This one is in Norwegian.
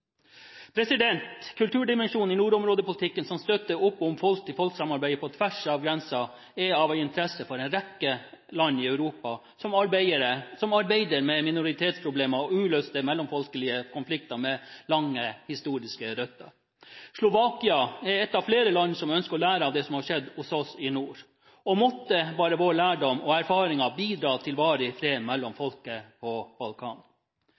Kulturdimensjonen i nordområdepolitikken som støtter opp om folk-til-folk-samarbeidet på tvers av grensen, er av interesse for en rekke land i Europa som arbeider med minoritetsproblemer og uløste mellomfolkelige konflikter med lange, historiske røtter. Slovakia er ett av flere land som ønsker å lære av det som har skjedd hos oss i nord – og måtte vår lærdom og våre erfaringer bidra til varig fred mellom folket på Balkan.